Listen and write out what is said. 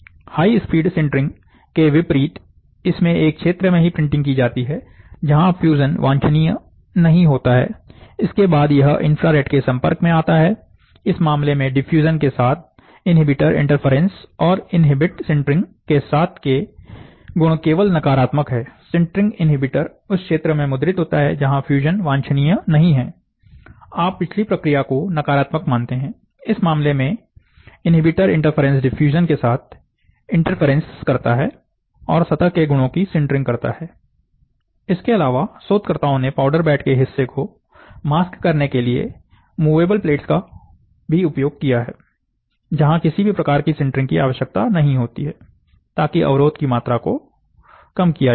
high speed sintering के विपरीत इसमें एक क्षेत्र में ही प्रिंटिंग की जाती है जहां फ्यूजन वांछनीय नहीं होता है इसके बाद यह इंफ्रारेड के संपर्क में आता है इस मामले में डिफ्यूजन के साथ इन्हीबिटर इंटरफेरेंस और इन्हिबिट सिंटरिंग के साथ के गुण केवल नकारात्मक हैसिंटरिंग इन्हीबिटर उस क्षेत्र में मुद्रित होता है जहां फ्यूजन वांछनीय नहीं है आप पिछली प्रक्रिया को नकारात्मक मानते हैं इस मामले में इन्हींबिटर इंटरफेरेंस डिफ्यूजन के साथ इंटरफेरेंस करता है और सतह के गुणों की सिंटरिंग करता है इसके अलावा शोधकर्ताओं ने पाउडर बेड के हिस्से को मास्क करने के लिए चल प्लेटो का भी उपयोग किया है जहां किसी भी प्रकार की सिंटरिंग की आवश्यकता नहीं होती है ताकि अवरोध की मात्रा को कम किया जा सके